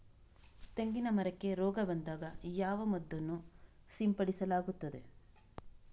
ತೆಂಗಿನ ಮರಕ್ಕೆ ರೋಗ ಬಂದಾಗ ಯಾವ ಮದ್ದನ್ನು ಸಿಂಪಡಿಸಲಾಗುತ್ತದೆ?